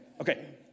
Okay